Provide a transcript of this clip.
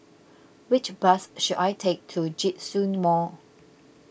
which bus should I take to Djitsun Mall